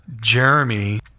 Jeremy